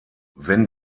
wenn